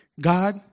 God